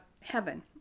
heaven